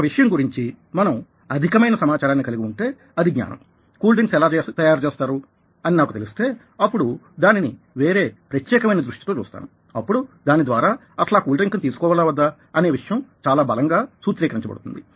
ఒక విషయం గురించి మనం అధికమైన సమాచారాన్ని కలిగి ఉంటే అది జ్ఞానం కూల్ డ్రింక్స్ ఎలా తయారు చేస్తారు నాకు తెలిస్తే అప్పుడు దానిని వేరే ప్రత్యేకమైన దృష్టితో చూస్తాను అప్పుడు దాని ద్వారా అసలు ఆ కూల్ డ్రింక్ ని తీసుకోవాలా వద్దా అనేవిషయం చాలా బలంగా సూత్రీకరించ బడుతుంది